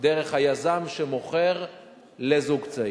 דרך היזם שמוכר לזוג צעיר.